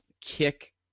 Kick